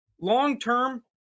long-term